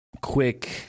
quick